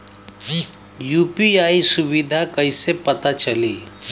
UPI सुबिधा कइसे पता चली?